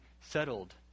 settled